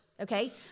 Okay